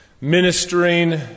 ministering